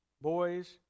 boys